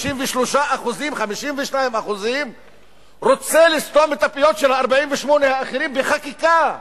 53% או 52% רוצה לסתום את הפיות של 48% האחרים בחקיקה?